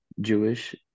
Jewish